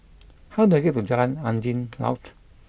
how do I get to Jalan Angin Laut